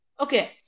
okay